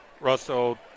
Russell